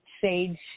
Sage